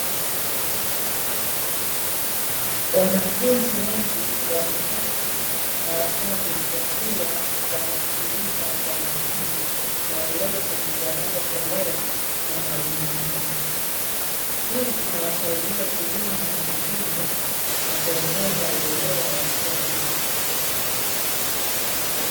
Wanafunzi wengi wameketi darasani, wakiwa wanasikiliza kwa umakini maelezo yanayotolewa na mwalimu wao. Hii inawasaidia kujenga umakini na kuongeza uelewa wa somo.